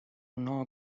اونا